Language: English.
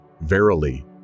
verily